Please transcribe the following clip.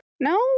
No